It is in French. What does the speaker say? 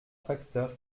facteur